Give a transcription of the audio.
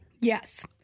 Yes